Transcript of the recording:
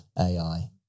AI